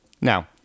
Now